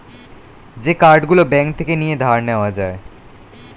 যে কার্ড গুলো ব্যাঙ্ক থেকে নিয়ে ধার নেওয়া যায়